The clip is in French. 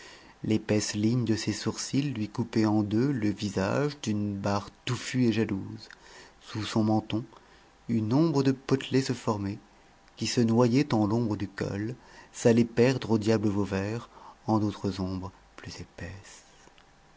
l'épaisse ligne de ses sourcils lui coupait en deux le visage d'une barre touffue et jalouse sous son menton une ombre de potelé se formait qui se noyait en l'ombre du col s'allait perdre au diable vauvert en d'autres ombres plus épaisses